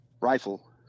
rifle